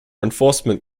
enforcement